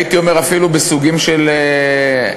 והייתי אומר אפילו בסוגים של הצדעות.